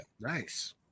nice